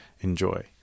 Enjoy